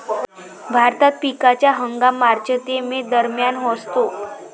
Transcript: भारतात पिकाचा हंगाम मार्च ते मे दरम्यान असतो